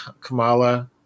Kamala